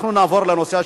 נעבור לנושא השני,